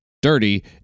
dirty